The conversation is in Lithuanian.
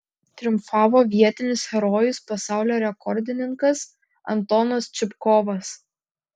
triumfavo vietinis herojus pasaulio rekordininkas antonas čupkovas